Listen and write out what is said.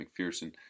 McPherson